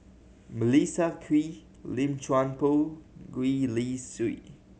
Melissa Kwee Lim Chuan Poh Gwee Li Sui